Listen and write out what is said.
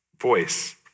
voice